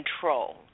control